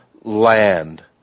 land